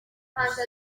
gusa